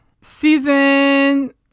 season